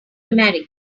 america